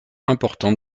importante